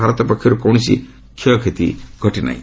ଭାରତ ପଟରୁ କୌଣସି କ୍ଷୟକ୍ଷତି ଘଟିନାହିଁ